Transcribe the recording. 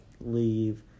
leave